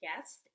guest